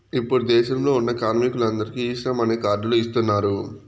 ఇప్పుడు దేశంలో ఉన్న కార్మికులందరికీ ఈ శ్రమ్ అనే కార్డ్ లు ఇస్తున్నారు